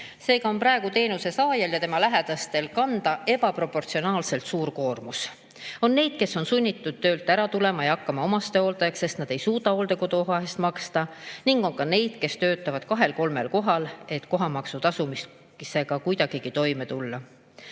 Seega on praegu teenuse saajal ja tema lähedastel kanda ebaproportsionaalselt suur koormus. On neid, kes on sunnitud töölt ära tulema ja hakkama omastehooldajaks, sest nad ei suuda hooldekodukoha eest maksta, ning on neid, kes töötavad kahel-kolmel kohal, et kohamaksu tasumisega kuidagigi toime tulla.